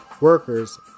workers